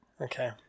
Okay